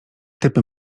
typy